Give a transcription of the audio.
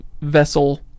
vessel